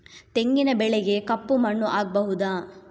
ತೆಂಗಿನ ಬೆಳೆಗೆ ಕಪ್ಪು ಮಣ್ಣು ಆಗ್ಬಹುದಾ?